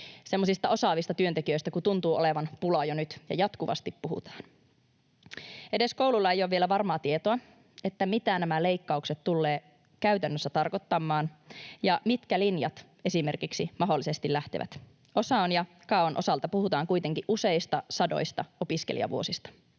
osaavista työntekijöistä kun tuntuu olevan pulaa jo nyt, mistä jatkuvasti puhutaan. Edes kouluilla ei ole vielä varmaa tietoa, mitä nämä leikkaukset tulevat käytännössä tarkoittamaan ja mitkä linjat esimerkiksi mahdollisesti lähtevät. OSAOn ja KAOn osalta puhutaan kuitenkin useista sadoista opiskelijavuosista.